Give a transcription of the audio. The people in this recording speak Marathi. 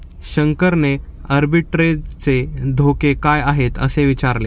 शंकरने आर्बिट्रेजचे धोके काय आहेत, असे विचारले